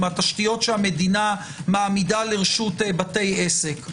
מהתשתיות שהמדינה מעמידה לרשות בתי עסק,